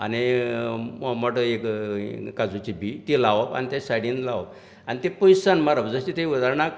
आनी मोटो एक काजूची बी ती लावप आनी तें सायडीन लावप आनी ती पयसच्यान मारप जशे ती उदारणाक